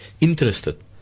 interested